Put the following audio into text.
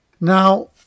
Now